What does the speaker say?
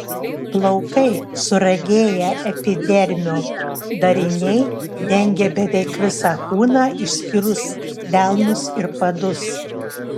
plaukai suragėję epidermio dariniai dengia beveik visą kūną išskyrus delnus ir padus